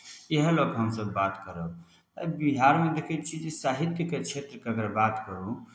इएह लऽ कऽ हम सभ बात करब बिहारमे देखै छी जे साहित्यके क्षेत्रके अगर बात करू